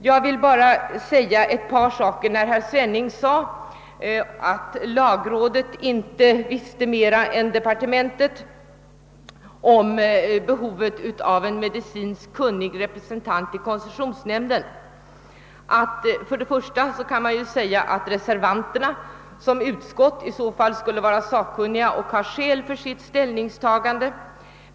Jag vill bara säga med anledning av vad herr Svenning anförde om att lagrådet inte visste mer än departementet om behovet av en medicinskt kunnig representant i koncessionsnämnden att reservanterna i utskottet i så fall skulle vara sakkunniga och ha skäl för sitt ställningstagande.